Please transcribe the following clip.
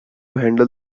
handle